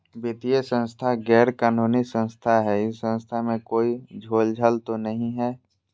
वित्तीय संस्था गैर कानूनी संस्था है इस संस्था में कोई झोलझाल तो नहीं है?